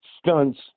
Stunts